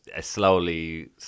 slowly